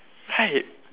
right